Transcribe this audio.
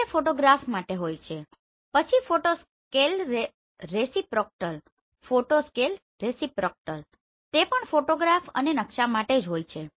તે ફોટોગ્રાફ્સ માટે હોય છે પછી ફોટો સ્કેલ રેસીપ્રોકલ તે પણ ફોટોગ્રાફ અને નકશા માટે જ હોય છે